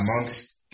Amongst